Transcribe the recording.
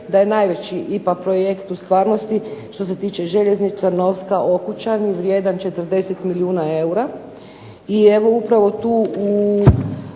da je najveći IPA projekt u stvarnosti što se tiče željeznice Novska-Okučani vrijedan 40 milijuna eura